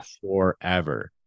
forever